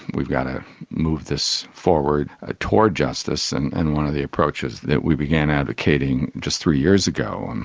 we've got to move this forward ah towards justice, and and one of the approaches that we began advocating just three years ago, and